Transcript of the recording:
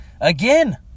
again